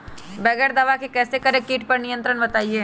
बगैर दवा के कैसे करें कीट पर नियंत्रण बताइए?